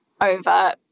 over